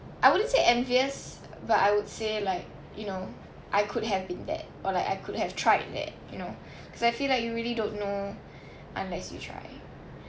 I wouldn't say envious but I would say like you know I could have been that or like I could have tried that you know cause I feel like you really don't know unless you try